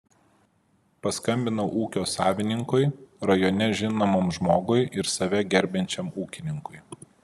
paskambinau ūkio savininkui rajone žinomam žmogui ir save gerbiančiam ūkininkui